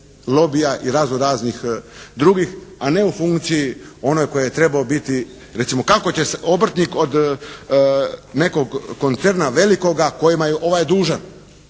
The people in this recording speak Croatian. lobija i razno-raznih drugih, a ne u funkciji onih koje je trebao biti. Recimo, kako će se obrtnik od nekog koncerna velikoga kojima je ovaj dužan?